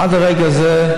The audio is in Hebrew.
עד הרגע הזה,